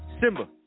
Simba